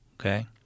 okay